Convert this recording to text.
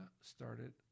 started